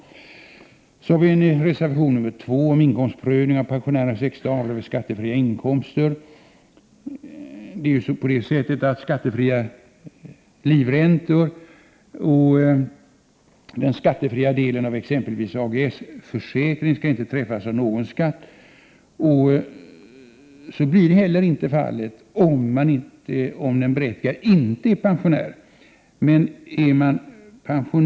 Reservation 2 gäller inkomstprövning av pensionärernas extra avdrag vid skattefria inkomster. Skattefria livräntor och den skattefria delen av exempelvis AGS-försäkring skall inte träffas av någon skatt. Så blir heller inte fallet om den berättigade inte är pensionär.